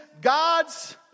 God's